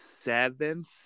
seventh